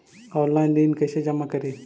Online ऋण कैसे जमा करी?